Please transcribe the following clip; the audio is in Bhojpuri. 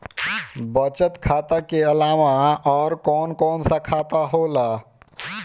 बचत खाता कि अलावा और कौन कौन सा खाता होला?